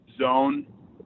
zone